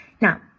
Now